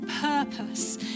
purpose